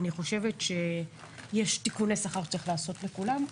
אני חושבת שיש תיקוני שכר שצריך לעשות לכולם.